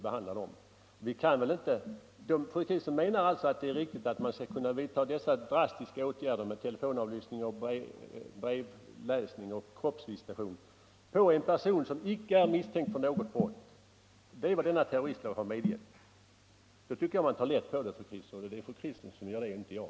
Fru Kristensson menar att man skall kunna vidta sådana drastiska åtgärder som telefonavlyssning, brevcensur och kroppsvisitation mot en person som icke är misstänkt för något brott, för det är vad terroristlagen medger. Det är att ta lätt på de här frågorna. Och det är fru Kristensson som gör det —- inte jag.